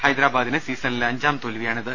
ഹൈദരാബാദിന് സീസണിലെ അഞ്ചാം തോൽവിയാണിത്